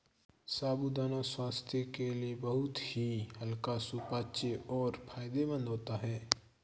साबूदाना स्वास्थ्य के लिए बहुत ही हल्का सुपाच्य और फायदेमंद होता है